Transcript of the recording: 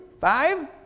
Five